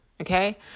Okay